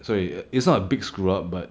so ye~ it's not a big screw up but